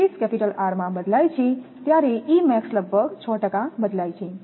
25 R માં બદલાય છે E max લગભગ 6 ટકા બદલાય છે